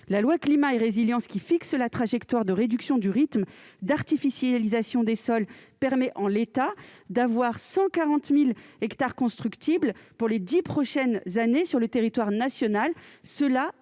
La loi Climat et résilience, qui fixe la trajectoire de réduction du rythme d'artificialisation des sols, permet, en l'état, d'avoir 140 000 hectares constructibles pour les dix prochaines années sur le territoire national.